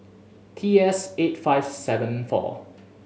T S eight five seven four